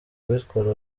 kubitwara